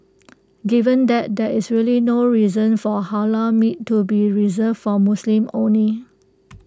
given that there is really no reason for Halal meat to be reserved for Muslims only